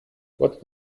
what